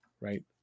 right